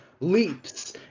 leaps